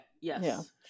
yes